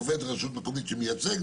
עובד רשות מקומית שמייצג,